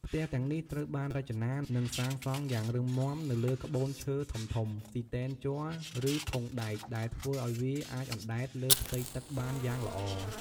ផ្ទះទាំងនេះត្រូវបានរចនា និងសាងសង់យ៉ាងរឹងមាំនៅលើក្បូនឈើធំៗ ស៊ីទែនជ័រ ឬធុងដែក ដែលធ្វើឲ្យវាអាចអណ្ដែតលើផ្ទៃទឹកបានយ៉ាងល្អ។